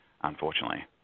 unfortunately